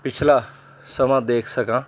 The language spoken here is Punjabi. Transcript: ਪਿਛਲਾ ਸਮਾਂ ਦੇਖ ਸਕਾਂ